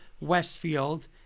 Westfield